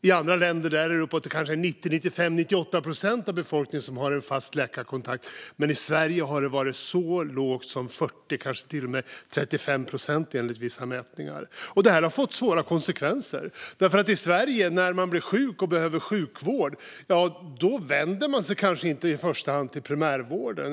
I andra länder har uppåt 95-98 procent av befolkningen en fast läkarkontakt medan det i Sverige har varit så lågt som 40 eller kanske till och med 35 procent, enligt vissa mätningar. Det här har fått svåra konsekvenser. När man blir sjuk i Sverige och behöver sjukvård vänder man sig kanske inte i första hand till primärvården.